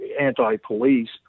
anti-police